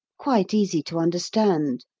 quite easy to understand.